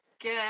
Good